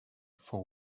for